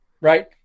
right